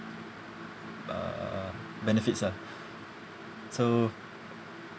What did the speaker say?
uh benefits ah so